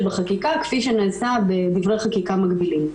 בחקיקה כפי שנעשה בדברי חקיקה מקבילים.